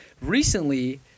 Recently